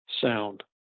sound